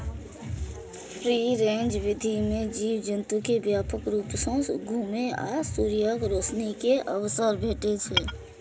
free range विधि मे जीव जंतु कें व्यापक रूप सं घुमै आ सूर्यक रोशनी के अवसर भेटै छै